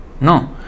No